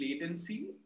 latency